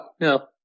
no